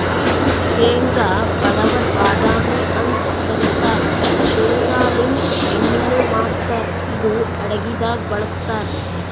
ಶೇಂಗಾ ಬಡವರ್ ಬಾದಾಮಿ ಅಂತ್ ಕರಿತಾರ್ ಶೇಂಗಾಲಿಂತ್ ಎಣ್ಣಿನು ಮಾಡ್ತಾರ್ ಇದು ಅಡಗಿದಾಗ್ ಬಳಸ್ತಾರ್